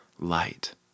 light